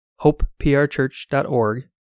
hopeprchurch.org